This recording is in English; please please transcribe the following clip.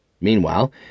Meanwhile